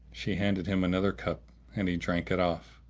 she handed him another cup and he drank it off,